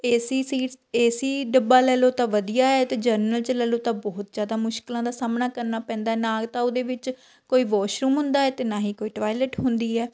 A C seat A C ਡੱਬਾ ਲੈ ਲਉ ਤਾਂ ਵਧੀਆ ਹੈ ਅਤੇ ਜਰਨਲ 'ਚ ਲੈ ਲਉ ਤਾਂ ਬਹੁਤ ਜ਼ਿਆਦਾ ਮੁਸ਼ਕਲਾਂ ਦਾ ਸਾਹਮਣਾ ਕਰਨਾ ਪੈਂਦਾ ਹੈ ਨਾ ਤਾਂ ਉਹਦੇ ਵਿੱਚ ਕੋਈ ਵੋਸ਼ਰੂਮ ਹੁੰਦਾ ਅਤੇ ਨਾ ਹੀ ਕੋਈ ਟੋਏਲਿਟ ਹੁੰਦੀ ਹੈ